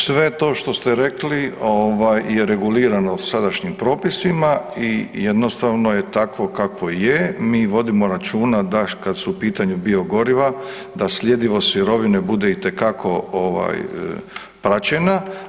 Sve to što ste rekli je regulirano sadašnjim propisima i jednostavno je takvo kakvo je, mi vodimo računa da kada su u pitanju biogoriva da sljedivost sirovine bude itekako praćena.